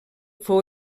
fou